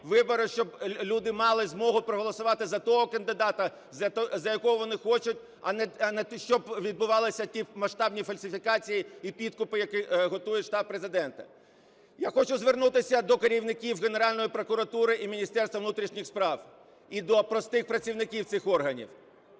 вибори, щоб люди мали змогу проголосувати за того кандидата, за якого вони хочуть, а не щоб відбувалися ті масштабні фальсифікації і підкупи, які готує штаб Президента. Я хочу звернутися до керівників Генеральної прокуратури і Міністерства внутрішніх справ, і до простих працівників цих органів,